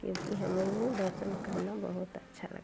क्योंकि हमें भी दर्शन करना बहुत अच्छा लगता है